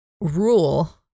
rule